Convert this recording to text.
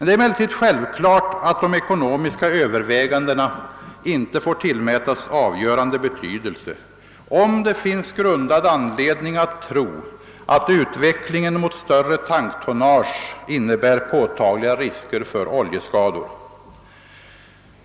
Det är emellertid självklart att de ekonomiska övervägandena inte får tillmätas avgörande betydelse, om det finns grundad anledning att tro att utvecklingen mot större tanktonnage innebär påtagliga risker för oljeskador.